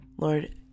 Lord